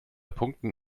punkten